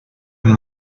and